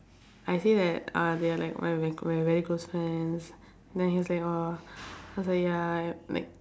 I say that uh they are like my my my very close friends then he's like orh I was like ya like